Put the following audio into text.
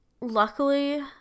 luckily